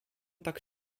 tak